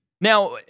Now